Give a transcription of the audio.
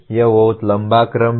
यह बहुत लंबा क्रम है